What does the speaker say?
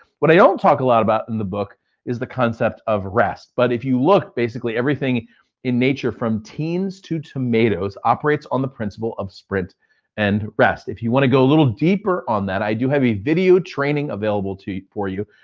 what i don't talk a lot about in the book is the concept of rest. but if you look basically, everything in nature from teens to tomatoes operates on the principle of sprint and rest. if you wanna go a little deeper on that, i do have a video training available to for you.